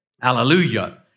Hallelujah